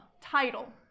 title